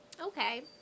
Okay